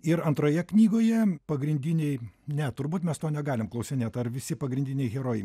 ir antroje knygoje pagrindinėj ne turbūt mes to negalim klausinėt ar visi pagrindiniai herojai